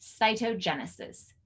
cytogenesis